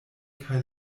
kaj